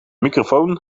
microfoon